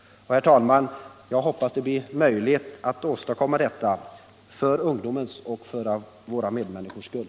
Herr talman! Jag hoppas att det blir möjligt att åstadkomma detta = för ungdomens och våra medmänniskors skull.